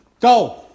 Go